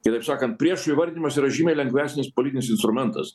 kitaip sakant priešų įvardinimas yra žymiai lengvesnis politinis instrumentas